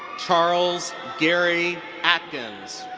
charles gary atkins.